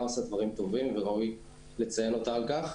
עושה דברים טובים וראוי לציין אותה על כך.